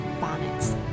bonnets